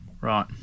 Right